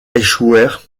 échouèrent